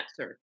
answer